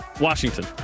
Washington